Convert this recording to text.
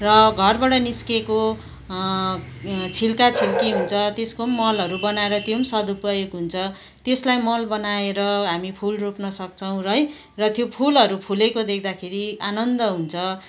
र घरबाट निस्केको छिल्का छिल्की हुन्छ त्यसको पनि मलहरू बनाएर त्यो पनि सदुपयोग हुन्छ त्यसलाई मल बनाएर हामी फुल रोप्न सक्छौँ है त्यो फुलहरू फुलेको देख्दाखेरि आनन्द हुन्छ